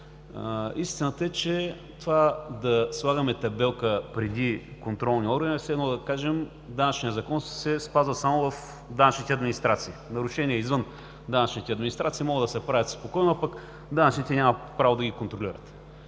Истината е, че да слагаме табелка преди контролния орган е все едно да кажем, че Данъчният закон се спазва само в данъчните администрации, а нарушения извън данъчните администрации може да се правят спокойно, а пък данъчните нямат право да ги контролират.